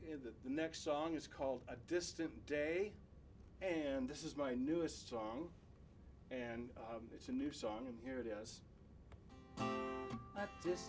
around in the next song is called a distant day and this is my newest song and it's a new song and here it is just